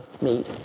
meet